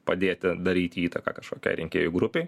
padėti daryti įtaką kažkokiai rinkėjų grupei